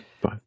Bye